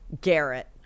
Garrett